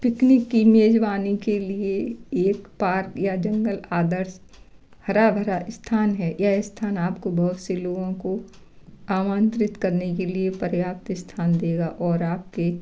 picnic की मेजबानी के लिए एक पार्क या जंगल आदर्श हरा भरा स्थान है यह स्थान आपको बहुत से लोगों को आमंत्रित करने के लिए पर्याप्त स्थान देगा और आपके